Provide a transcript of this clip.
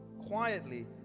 Quietly